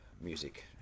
music